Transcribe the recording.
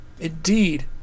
Indeed